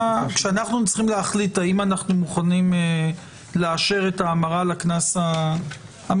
כשאנחנו צריכים להחליט האם אנחנו מוכנים לאשר את ההמרה לקנס המינהלי,